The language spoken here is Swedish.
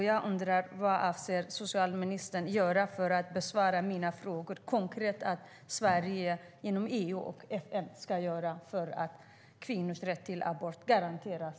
Jag undrar vad socialministern avser att göra konkret, för att besvara mina frågor: Vad ska Sverige göra inom EU och FN för att kvinnors rätt till abort ska garanteras?